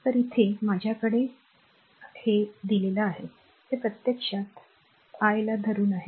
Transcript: तर इथे माझ्याकडे आहे हे प्रत्यक्षात फक्त I ला धरून आहे